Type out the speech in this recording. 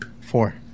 Four